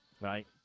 right